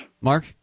Mark